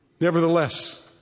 Nevertheless